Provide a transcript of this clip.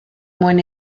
mwyn